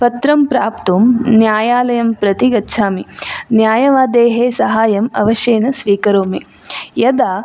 पत्रं प्राप्तुं न्यायालयं प्रति गच्छामि न्यायवादेः सहायं अवश्येन स्वीकरोमि यदा